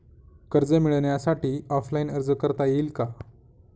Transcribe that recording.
कर्ज मिळण्यासाठी ऑफलाईन अर्ज करता येईल का?